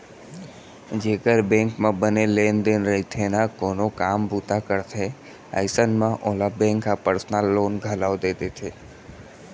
जेकर बेंक म बने लेन देन रइथे ना कोनो काम बूता करथे अइसन म ओला बेंक ह पर्सनल लोन घलौ दे देथे